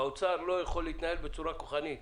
האוצר לא יכול להתנהל בצורה כוחנית